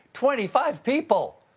twenty five people?